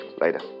Later